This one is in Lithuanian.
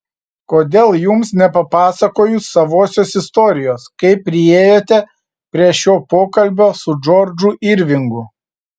kodėl jums nepapasakojus savosios istorijos kaip priėjote prie šio pokalbio su džordžu irvingu